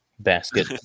basket